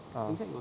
ah